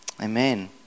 Amen